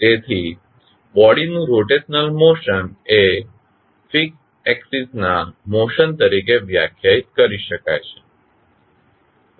તેથી બોડી નું rotational motion એ ફીકસ એક્ષીસ ના મોશન તરીકે વ્યાખ્યાયિત કરી શકાય છે